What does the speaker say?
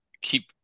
keep